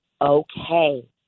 okay